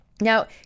Now